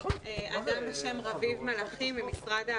מרכזי יום כאלה,